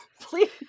Please